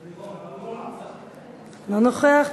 אינו נוכח,